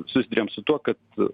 susiduriam su tuo kad